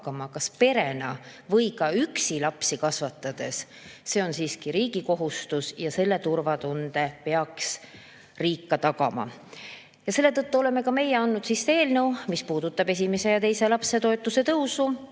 kas perena või ka üksi, on siiski riigi kohustus tagada. Ja selle turvatunde peaks riik ka tagama. Ja selle tõttu oleme ka meie andnud sisse eelnõu, mis puudutab esimese ja teise lapse toetuse tõusu.